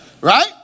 right